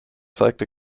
zeigte